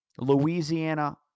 Louisiana